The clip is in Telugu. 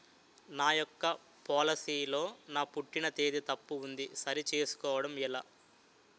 నా యెక్క పోలసీ లో నా పుట్టిన తేదీ తప్పు ఉంది సరి చేసుకోవడం ఎలా?